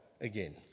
again